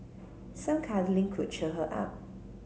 some cuddling could cheer her up